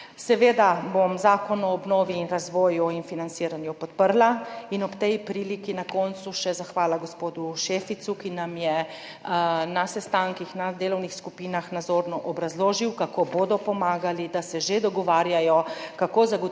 Seveda bom zakon o obnovi, razvoju in financiranju podprla. Ob tej priliki, na koncu, še zahvala gospodu Šeficu, ki nam je na sestankih delovnih skupin nazorno obrazložil, kako bodo pomagali, da se že dogovarjajo, kako zagotoviti